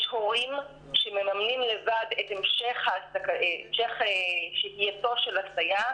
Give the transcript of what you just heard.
יש הורים שמממנים לבד את המשך שהייתו של הסייע.